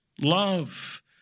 love